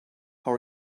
how